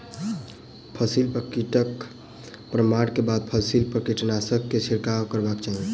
फसिल पर कीटक प्रमाण के बाद फसिल पर कीटनाशक के छिड़काव करबाक चाही